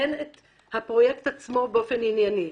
הן הפרויקט עצמו באופן ענייני,